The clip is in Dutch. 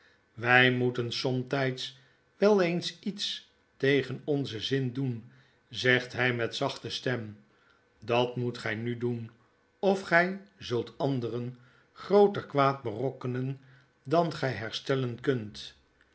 wy moeten somtyds wel eens iets tegen onzen zin doen zegt hy met zachte stem dat moet gij nu doen of gy zult anderen grooter kwaad berokkenen dan gij herstellen kunt